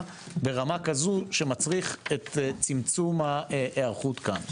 ברמה כזו שמצריך את צמצום ההיערכות כאן,